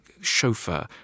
chauffeur